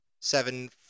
seven